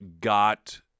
got